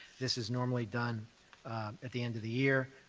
this is normally done at the end of the year,